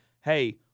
hey